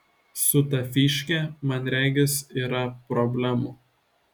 su ta fyške man regis yra problemų